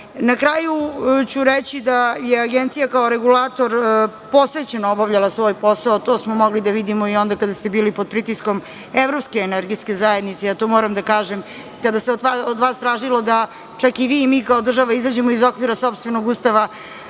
kraju ću reći da je Agencija kao regulator posvećeno obavljala svoj posao. To smo mogli da vidimo i onda kada ste bili pod pritiskom Evropski energetske zajednice, a ja to moram da kažem, kada se od vas tražilo da čak i vi i mi kao država izađemo iz okvira sopstvenog Ustava,